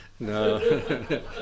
No